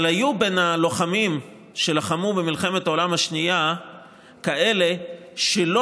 אבל היו בין הלוחמים שלחמו במלחמת העולם השנייה כאלה שלא